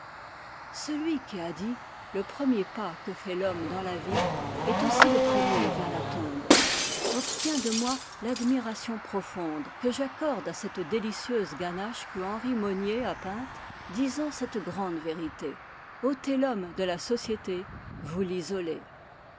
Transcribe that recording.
celui qui a dit le premier pas que fait l'homme dans la vie est aussi le premier vers la tombe obtient de moi l'admiration profonde que j'accorde à cette délicieuse ganache que henry monnier a peinte disant cette grande vérité otez l'homme de la société vous l'isolez